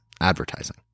advertising